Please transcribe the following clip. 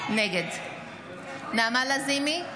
נגד נעמה לזימי,